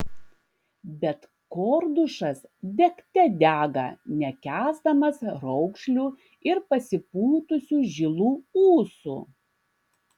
bet kordušas degte dega nekęsdamas raukšlių ir pasipūtusių žilų ūsų